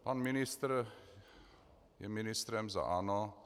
Pan ministr je ministrem za ANO.